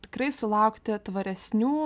tikrai sulaukti tvaresnių